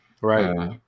right